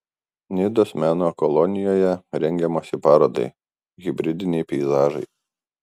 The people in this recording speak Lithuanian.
nidos meno kolonijoje rengiamasi parodai hibridiniai peizažai